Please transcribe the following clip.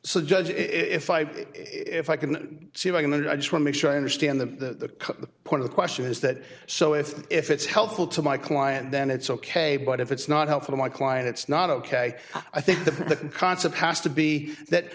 so judge if i if i can see like a minute i just want make sure i understand the point of the question is that so if if it's helpful to my client then it's ok but if it's not helpful my client it's not ok i think the concept has to be that